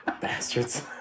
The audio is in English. Bastards